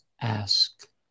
ask